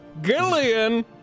Gillian